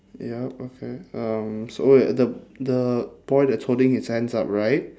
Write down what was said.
yup okay um so wait the the boy that's holding his hands upright